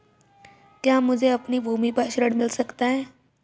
क्या मुझे अपनी भूमि पर ऋण मिल सकता है?